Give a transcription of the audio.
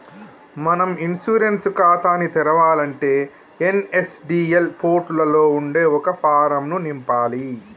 మనం ఇన్సూరెన్స్ ఖాతాని తెరవాలంటే ఎన్.ఎస్.డి.ఎల్ పోర్టులలో ఉండే ఒక ఫారం ను నింపాలి